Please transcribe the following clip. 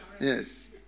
Yes